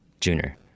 Junior